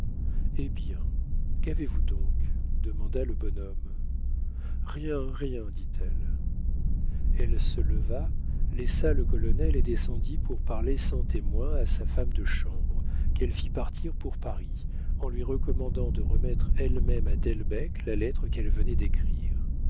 eh bien qu'avez-vous donc demanda le bonhomme rien rien dit-elle elle se leva laissa le colonel et descendit pour parler sans témoin à sa femme de chambre qu'elle fit partir pour paris en lui recommandant de remettre elle-même à delbecq la lettre qu'elle venait d'écrire